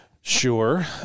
Sure